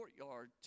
courtyard